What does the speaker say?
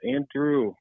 Andrew